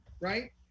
right